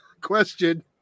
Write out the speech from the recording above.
Question